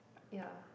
ya